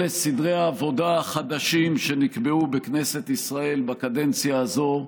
אלה סדרי העבודה החדשים שנקבעו בכנסת ישראל בקדנציה הזו,